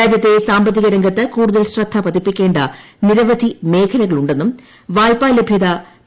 രാജ്യത്തെ സാമ്പത്തിക രംഗത്ത് കൂടുതൽ ശ്രദ്ധ പതിപ്പിക്കേണ്ട നിരവധി മേഖലകളുണ്ടെന്നും വായ്പ ലഭൃത അഭിപ്രായപ്പെട്ടു